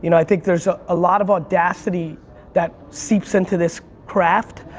you know i think there's a ah lot of audacity that seeps into this craft,